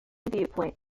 viewpoint